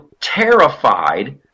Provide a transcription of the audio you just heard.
terrified